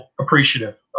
appreciative